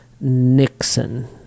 Nixon